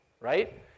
right